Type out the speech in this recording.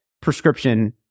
prescription